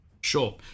Sure